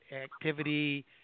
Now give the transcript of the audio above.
activity